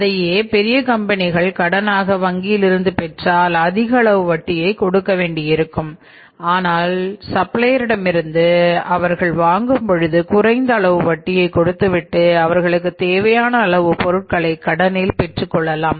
அதையே பெரிய கம்பெனிகள் கடனாக வங்கியிலிருந்து பெற்றால் அதிக அளவு வட்டியை கொடுக்க வேண்டியிருக்கும் ஆனால் சப்ளையேர் இடமிருந்து அவர்கள் வாங்கும் பொழுது குறைந்த அளவு வட்டியை கொடுத்துவிட்டு அவர்களுக்கு தேவையான அளவு பொருட்களை கடனில் பெற்றுக் கொள்ளலாம்